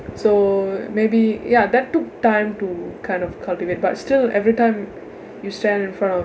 so maybe ya that took time to kind of cultivate but still everytime you stand in front of